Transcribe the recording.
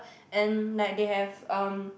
and like they have um